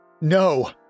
No